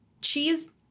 Cheese